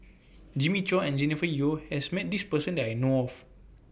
Jimmy Chua and Jennifer Yeo has Met This Person that I know of